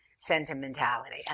sentimentality